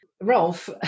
Rolf